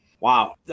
Wow